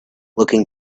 looking